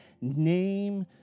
name